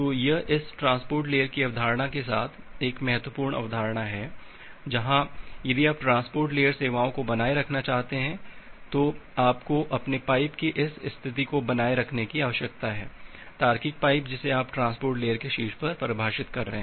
तो यह इस ट्रांसपोर्ट लेयर की अवधारणा के साथ एक महत्वपूर्ण अवधारणा है जहां यदि आप ट्रांसपोर्ट लेयर सेवाओं को बनाए रखना चाहते हैं तो आपको अपने पाइप की इस स्थिति को बनाए रखने की आवश्यकता है तार्किक पाइप जिसे आप ट्रांसपोर्ट लेयर के शीर्ष पर परिभाषित कर रहे हैं